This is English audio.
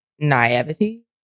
naivety